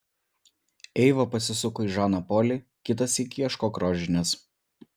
eiva pasisuko į žaną polį kitą sykį ieškok rožinės